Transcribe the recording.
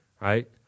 right